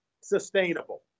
sustainable